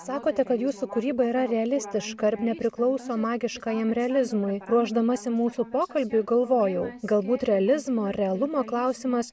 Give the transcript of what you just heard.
sakote kad jūsų kūryba yra realistiška ir nepriklauso magiškajam realizmui ruošdamasi mūsų pokalbiui galvojau galbūt realizmo realumo klausimas